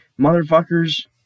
motherfuckers